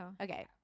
Okay